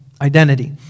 identity